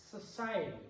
society